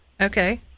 Okay